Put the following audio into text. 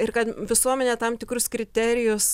ir kad visuomenė tam tikrus kriterijus